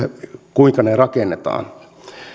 kuinka ne rakennetaan